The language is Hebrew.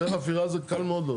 היתר חפירה זה קל מאוד להוציא.